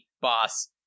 boss